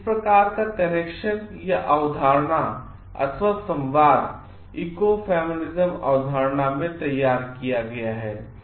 तो इस प्रकार का कनेक्शन अवधारणा अथवा संवाद इकोफेमिनिज्मअवधारणामें तैयार किया गयाहै